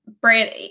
brand